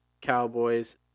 Cowboys